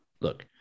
look